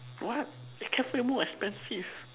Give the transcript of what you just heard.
what a cafe more expensive